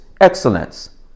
excellence